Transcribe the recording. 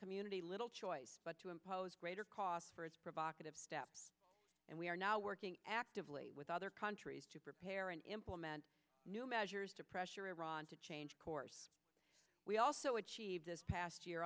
community little choice but to impose greater costs for its provocative steps and we are now working actively with other countries to prepare and implement new measures to pressure iran to change course we also achieve this past year